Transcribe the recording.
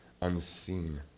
unseen